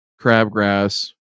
crabgrass